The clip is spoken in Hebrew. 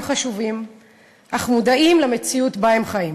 חשובים אך מודעים למציאות שבה הם חיים.